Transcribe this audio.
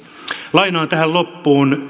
lainaan tähän loppuun